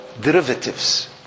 derivatives